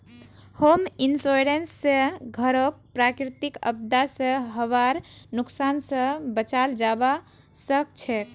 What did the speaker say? home insurance स घरक प्राकृतिक आपदा स हबार नुकसान स बचाल जबा सक छह